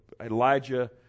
elijah